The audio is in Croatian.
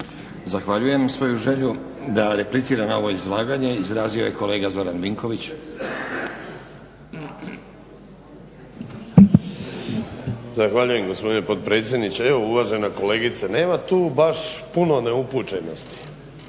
Zahvaljujem. Svoju želju da replicira na ovo izlaganje izrazio je kolega Zoran Vinković. **Vinković, Zoran (HDSSB)** Zahvaljujem gospodine potpredsjedniče. Evo uvažena kolegice nema tu baš puno neupućenosti,